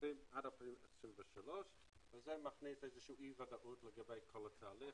הכספים עד אפריל 2023 וזה מכניס אי ודאות לגבי כל התהליך,